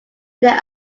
there